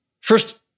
first